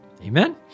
Amen